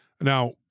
Now